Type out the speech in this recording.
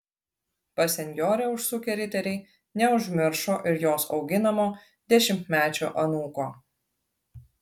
pas senjorę užsukę riteriai neužmiršo ir jos auginamo dešimtmečio anūko